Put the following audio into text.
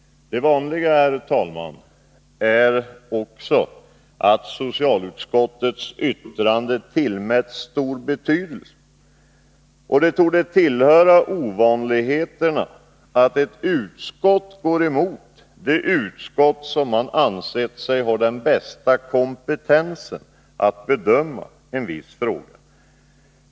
Det vanliga, herr talman, är också att socialutskottets yttrande tillmäts stor betydelse, och det torde tillhöra ovanligheterna att ett utskott går emot det utskott som man ansett har den bästa kompetensen att bedöma en viss fråga.